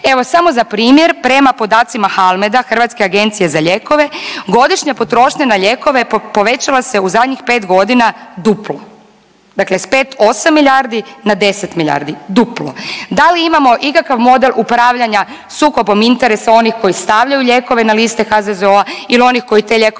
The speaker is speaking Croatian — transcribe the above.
Evo samo za primjer, prema podacima HALMED-a Hrvatske agencije za lijekove godišnja potrošnja na lijekove povećala se u zadnjih pet godina duplo dakle s pet osam milijardi na deset milijardi, duplo. Da li imamo ikakav model upravljanja sukobom interesa onih koji stavljaju lijekove na liste HZZO-a ili onih koji te lijekove